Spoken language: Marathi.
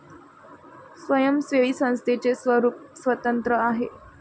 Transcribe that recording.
स्वयंसेवी संस्थेचे स्वरूप स्वतंत्र आहे